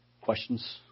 Questions